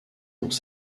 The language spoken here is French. dans